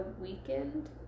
weekend